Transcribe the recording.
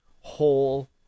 whole